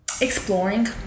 exploring